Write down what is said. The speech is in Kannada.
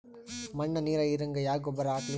ಮಣ್ಣ ನೀರ ಹೀರಂಗ ಯಾ ಗೊಬ್ಬರ ಹಾಕ್ಲಿ?